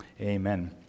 Amen